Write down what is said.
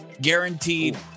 guaranteed